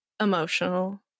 emotional